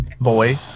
boy